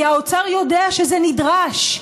כי האוצר יודע שזה נדרש.